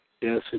Yes